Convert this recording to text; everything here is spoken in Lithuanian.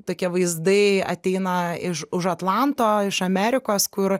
tokie vaizdai ateina iš už atlanto iš amerikos kur